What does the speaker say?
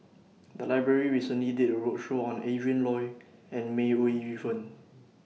The Library recently did A roadshow on Adrin Loi and May Ooi Yu Fen